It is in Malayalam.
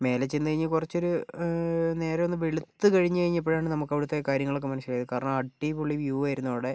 മേലെ ചെന്നുകഴിഞ്ഞു കുറച്ചൊരു നേരം ഒന്ന് വെളുത്തു കഴിഞ്ഞ് കഴിഞ്ഞപ്പഴാണ് നമുക്ക് അവിടത്തെ കാര്യങ്ങളൊക്കെ മനസ്സിലായത് കാരണം അടിപൊളി വ്യൂ ആയിരുന്നു അവിടെ